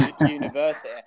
university